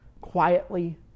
Quietly